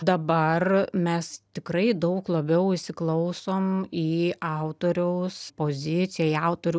dabar mes tikrai daug labiau įsiklausom į autoriaus poziciją į autorių